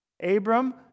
Abram